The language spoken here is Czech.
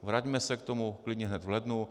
Vraťme se k tomu klidně hned v lednu.